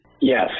yes